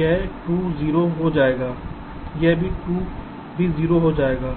यह 2 0 हो जाएगा यह 2 भी 0 हो जाएगा